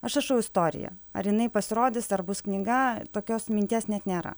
aš rašau istoriją ar jinai pasirodys ar bus knyga tokios minties net nėra